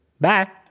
Bye